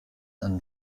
einen